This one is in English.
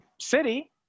city